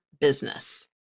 business